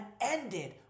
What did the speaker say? ended